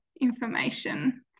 information